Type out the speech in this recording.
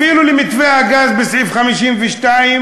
אפילו למתווה הגז, בסעיף 52,